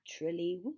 naturally